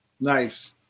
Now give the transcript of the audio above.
Nice